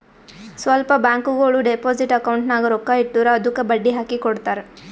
ಸ್ವಲ್ಪ ಬ್ಯಾಂಕ್ಗೋಳು deposit account ನಾಗ್ ರೊಕ್ಕಾ ಇಟ್ಟುರ್ ಅದ್ದುಕ ಬಡ್ಡಿ ಹಾಕಿ ಕೊಡ್ತಾರ್